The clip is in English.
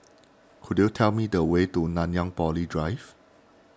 could you tell me the way to Nanyang Poly Drive